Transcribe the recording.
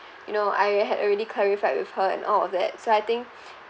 you know I had already clarified with her and all of that so I think